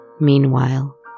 Meanwhile